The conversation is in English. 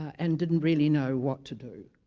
and didn't really know what to do